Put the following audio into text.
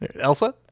Elsa